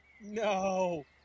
No